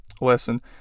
lesson